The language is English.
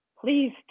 Please